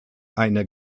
eine